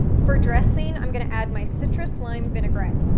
for dressing, i'm going to add my citrus lime vinaigrette.